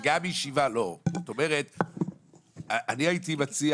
שגם ישיבה ------ אני הייתי מציע